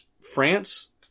France